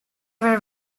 were